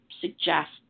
suggest